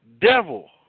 devil